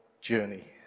journey